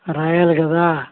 రాయాలి కదా